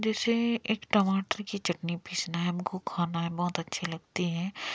जैसे एक टमाटर की चटनी पीसना है हमको खाना है बहुत अच्छी लगती है